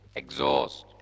exhaust